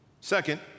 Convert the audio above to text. Second